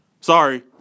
Sorry